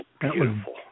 beautiful